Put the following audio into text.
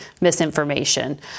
misinformation